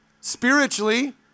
spiritually